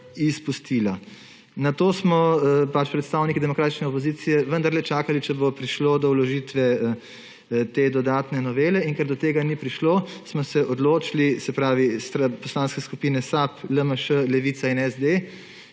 izpustila. Nato smo predstavniki demokratične opozicije vendarle čakali, če bo prišlo do vložitve te dodatne novele in ker do tega ni prišlo, smo se odločili, poslanske skupine SAB, LMŠ, Levica in SD,